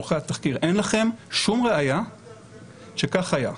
עורכי התחקיר אין לכם שום ראיה שכך היה.